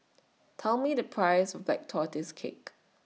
Tell Me The Price of Black Tortoise Cake